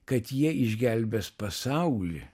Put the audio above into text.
kad jie išgelbės pasaulį